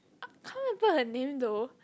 I can't remember her name though